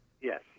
Yes